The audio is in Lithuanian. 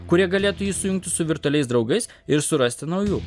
kurie galėtų jį sujungti su virtualiais draugais ir surasti naujų